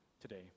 today